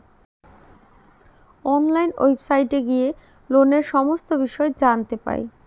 online ওয়েবসাইটে গিয়ে লোনের সমস্ত বিষয় জানতে পাই